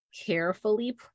carefully